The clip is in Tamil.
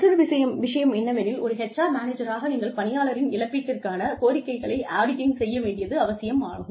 மற்றொரு விஷயம் என்னவெனில் ஒரு HR மேனேஜராக நீங்கள் பணியாளரின் இழப்பீட்டிற்கான கோரிக்கைகளை ஆடிட்டிங் செய்ய வேண்டியது அவசியமானதாகும்